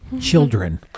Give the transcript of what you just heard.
Children